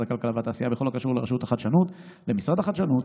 הכלכלה והתעשייה בכל הקשור לרשות החדשנות למשרד החדשנות,